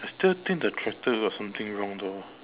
I still think the tractor got something wrong though